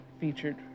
featured